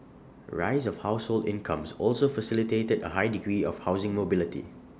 rise of household incomes also facilitated A high degree of housing mobility